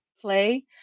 play